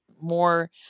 more